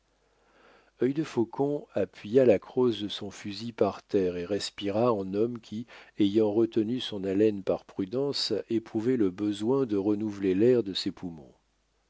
et disparurent œil de faucon appuya la crosse de son fusil par terre et respira en homme qui ayant retenu son haleine par prudence éprouvait le besoin de renouveler l'air de ses poumons